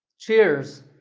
cheers.